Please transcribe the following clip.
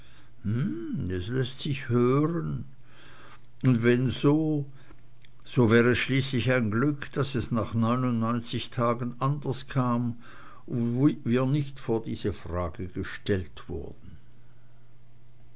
es läßt sich hören und wenn so so wär es schließlich ein glück daß es nach den neunundneunzig tagen anders kam und wir nicht vor diese frage gestellt wurden